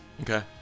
Okay